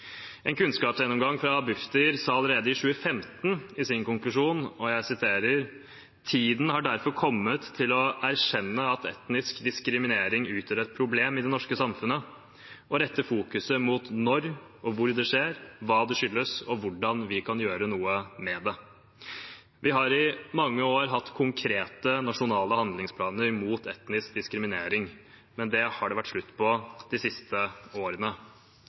En kunnskapsgjennomgang utarbeidet for Bufdir i 2015 sa allerede da i sin konklusjon: «Tiden har derfor kommet til å erkjenne at etnisk diskriminering utgjør et problem i det norske samfunnet, og isteden rette fokuset mot når og hvor det skjer, hva det skyldes og hvordan vi kan gjøre noe med det.» Vi har i mange år hatt konkrete nasjonale handlingsplaner mot etnisk diskriminering, men det har det vært slutt på de siste årene.